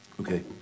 Okay